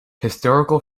historical